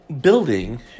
building